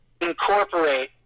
incorporate